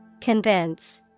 Convince